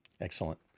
Excellent